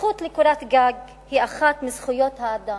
הזכות לקורת גג היא אחת מזכויות האדם.